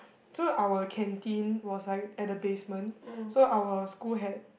so our canteen was like at the basement so our school had